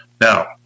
Now